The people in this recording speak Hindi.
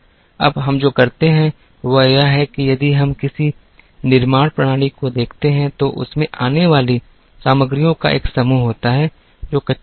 अब हम जो करते हैं वह यह है कि यदि हम किसी निर्माण प्रणाली को देखते हैं तो उसमें आने वाली सामग्रियों का एक समूह होता है जो कच्चे माल हैं